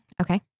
Okay